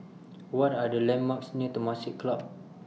What Are The landmarks near Temasek Club